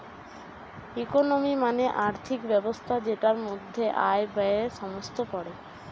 economy মানে আর্থিক ব্যবস্থা যেটার মধ্যে আয়, ব্যয়ে সমস্ত পড়ে